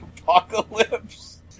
apocalypse